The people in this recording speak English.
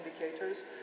indicators